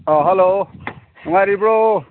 ꯑꯣ ꯍꯂꯣ ꯅꯨꯡꯉꯥꯏꯔꯤꯕ꯭ꯔꯣ